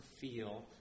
feel